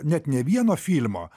net ne vieno filmo